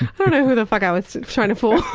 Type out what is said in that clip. i don't know who the fuck i was trying to fool.